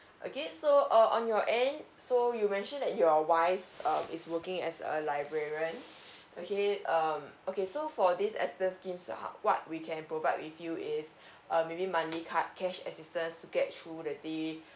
okay so uh on your end so you mentioned that your wife uh is working as a librarian okay um okay so for this assistance scheme so ha~ what we can provide with you is uh maybe monthly card cash assistance to get through the day